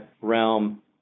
realm